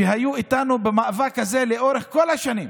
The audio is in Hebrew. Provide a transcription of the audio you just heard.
שהיו איתנו במאבק הזה לאורך כל השנים,